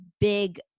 big